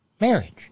marriage